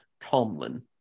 Tomlin